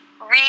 read